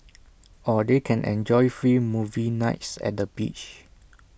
or they can enjoy free movie nights at the beach